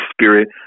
spirit